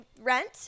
rent